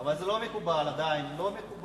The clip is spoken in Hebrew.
אבל זה עדיין לא מקובל.